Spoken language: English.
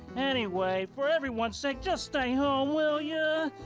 anyway, for everyone's sake, just stay home, will you!